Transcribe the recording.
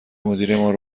مدیرمان